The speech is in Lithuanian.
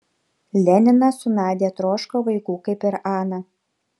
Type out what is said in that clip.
leninas su nadia troško vaikų kaip ir ana